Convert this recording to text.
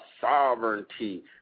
Sovereignty